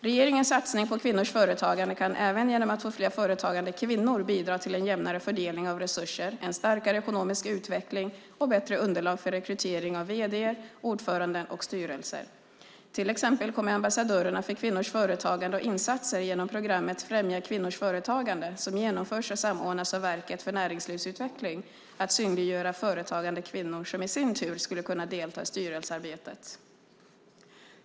Regeringens satsning på kvinnors företagande kan även genom att det blir fler företagande kvinnor bidra till en jämnare fördelning av resurser, en starkare ekonomisk utveckling och bättre underlag för rekrytering av vd:ar, ordförande och styrelser. Till exempel kommer ambassadörerna för kvinnors företagande och insatser inom programmet Främja kvinnors företagande som genomförs och samordnas av Verket för näringslivsutveckling, Nutek, att synliggöra företagande kvinnor som i sin tur skulle kunna delta i styrelsearbetet.